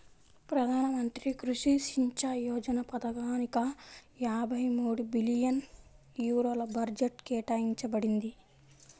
ప్రధాన మంత్రి కృషి సించాయ్ యోజన పథకానిక యాభై మూడు బిలియన్ యూరోల బడ్జెట్ కేటాయించబడింది